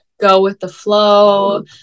go-with-the-flow